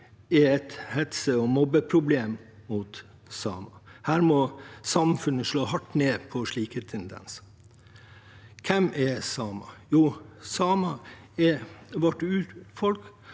er et hets- og mobbeproblem mot samer. Samfunnet må slå hardt ned på slike tendenser. Hvem er samene? Jo, samene er vårt urfolk.